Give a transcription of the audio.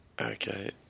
Okay